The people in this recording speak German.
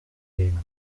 nehmen